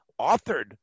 authored